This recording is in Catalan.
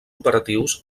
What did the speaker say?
operatius